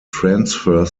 transfer